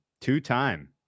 Two-time